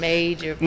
Major